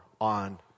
on